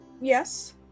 yes